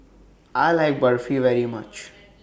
I like Barfi very much